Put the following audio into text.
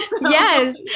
Yes